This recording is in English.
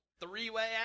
three-way